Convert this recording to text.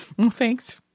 thanks